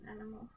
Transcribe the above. animal